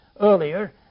earlier